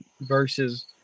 versus